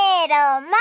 Little